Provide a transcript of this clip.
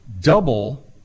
double